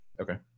Okay